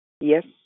Yes